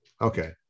Okay